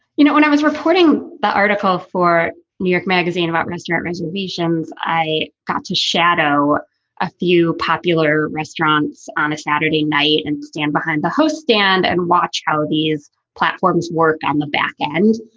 you know, when i was reporting the article for new york magazine about restaurant reservations, i got to shadow a few popular restaurants on a saturday night and stand behind the host stand and watch how these platforms work and the back end.